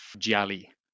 jali